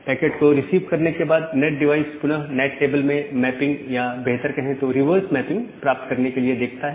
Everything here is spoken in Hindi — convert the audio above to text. पैकेट को रिसीव करने के बाद नैट डिवाइस पुनः नैट टेबल में मैपिंग या बेहतर कहे तो रिवर्स मैपिंग प्राप्त करने के लिए देखता है